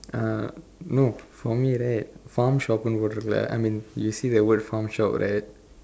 uh no for me right farm shop ன்னு போட்டு இருக்குல:nnu pootdu irukkula I mean you see the word farm shop right